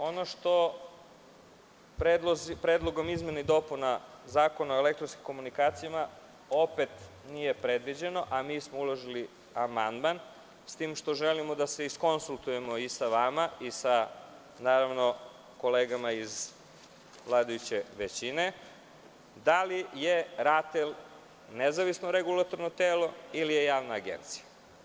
Ono što Predlogom izmena i dopuna Zakona o elektronskim komunikacijama opet nije predviđeno, a mi smo uložili amandman, s tim što želimo da se iskonsultujemo i sa vama i sa kolegama iz vladajuće većine, da li je RATEL nezavisno regulatorno telo ili je javna agencija?